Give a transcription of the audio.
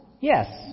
Yes